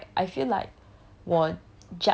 there's a fine line ah like I feel like